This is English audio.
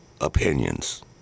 opinions